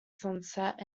sunset